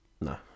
No